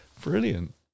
Brilliant